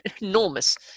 enormous